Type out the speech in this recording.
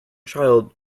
child